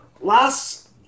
last